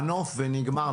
מנוף ונגמר,